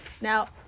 Now